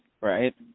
right